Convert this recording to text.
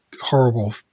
horrible